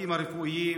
הצוותים הרפואיים